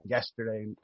Yesterday